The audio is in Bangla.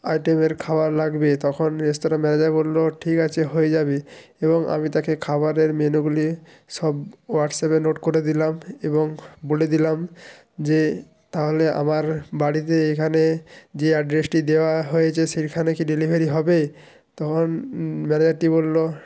আইটেমের খাওয়ার লাগবে তখন রেস্তরাঁ ম্যানেজার বলল ঠিক আছে হয়ে যাবে এবং আমি তাকে খাবারের মেনুগুলি সব হোয়াটসঅ্যাপে নোট করে দিলাম এবং বলে দিলাম যে তাহলে আমার বাড়িতে এখানে যে অ্যাড্রেসটি দেওয়া হয়েছে সেইখানে কি ডেলিভারি হবে তখন ম্যানেজারটি বলল